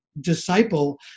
disciple